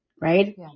Right